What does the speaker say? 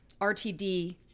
RTD